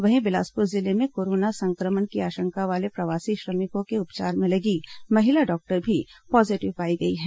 वहीं बिलासपुर जिले में कोरोना संक्रमण की आशंका वाले प्रवासी श्रमिकों के उपचार में लगी महिला डॉक्टर भी पॉजीटिव पाई गई है